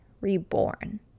reborn